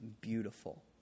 beautiful